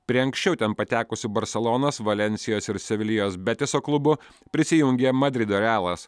prie anksčiau ten patekusių barselonos valensijos ir sevilijos betiso klubų prisijungė madrido realas